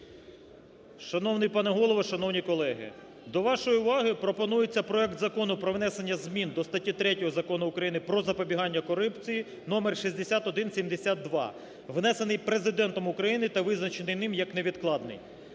Шановний пане Голово, шановні колеги, до вашої уваги пропонується проект Закону про внесення змін до статті 3 Закону України "Про запобігання корупції" (№6172), внесений Президентом України та визначений ним як невідкладний.